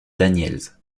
daniels